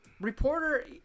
reporter